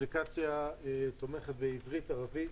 האפליקציה תומכת בעברית, ערבית.